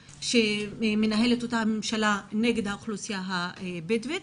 שמנהלת אותה הממשלה נגד האוכלוסייה הבדואית,